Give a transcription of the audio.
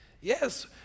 Yes